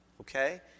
Okay